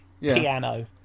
piano